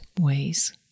ways